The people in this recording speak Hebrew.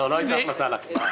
לא הייתה החלטה על הקפאה.